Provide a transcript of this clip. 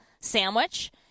sandwich